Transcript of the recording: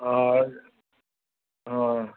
हा हा